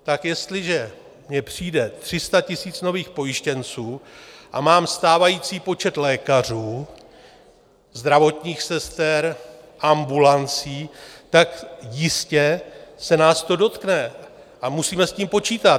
Tak jestliže přijde 300 000 nových pojištěnců a mám stávající počet lékařů, zdravotních sester, ambulancí, tak jistě se nás to dotkne a musíme s tím počítat.